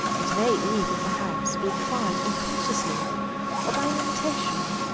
it may even, perhaps, be acquired unconsciously or by imitation.